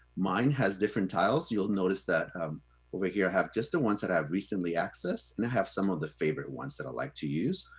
mine has different tiles, you'll notice that um over here i have just the ones that have recently accessed. and i have some of the favorite ones that i like to use.